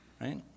Right